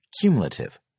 cumulative